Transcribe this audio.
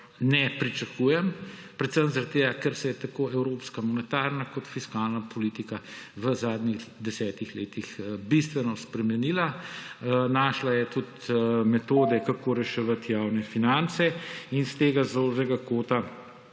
ne pričakujem, predvsem zaradi tega, ker se je tako evropska monetarna kot fiskalna politika v zadnjih desetih letih bistveno spremenila. Našla je tudi metode, kako reševati javne finance in iz tega zornega kota